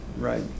right